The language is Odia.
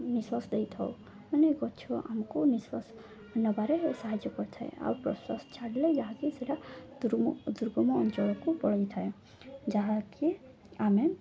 ନିଶ୍ୱାସ ଦେଇଥାଉ ମାନେ ଗଛ ଆମକୁ ନିଶ୍ୱାସ ନବାରେ ସାହାଯ୍ୟ କରିଥାଏ ଆଉ ପ୍ରଶ୍ୱାସ ଛଡ଼ିଲେ ଯାହାକି ସେଇଟା ଦୁରମ ଦୁର୍ଗମ ଅଞ୍ଚଳକୁ ପଳାଇ ଥାଏ ଯାହାକି ଆମେ